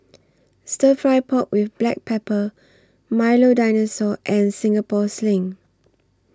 Stir Fry Pork with Black Pepper Milo Dinosaur and Singapore Sling